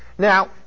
Now